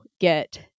get